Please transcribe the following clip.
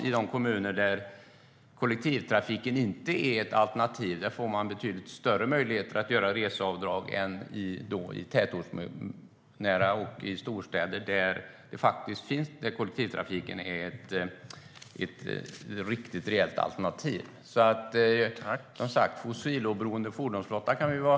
I de kommuner där kollektivtrafiken inte är ett alternativ får människor betydligt större möjligheter att göra reseavdrag än i tätortsnära och i storstäder där kollektivtrafiken är ett reellt alternativ. Vi kan vara helt överens om en fossiloberoende fordonsflotta.